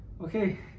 okay